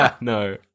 No